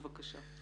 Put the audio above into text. בבקשה.